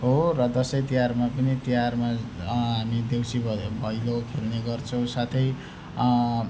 हो र दसैँ तिहारमा पनि तिहारमा हामी देउसी भै भैलो खेल्ने गर्छौँ साथै